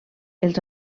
els